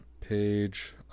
page